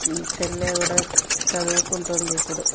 చెల్లి కూడా చదువుకుంటుంది ఇప్పుడు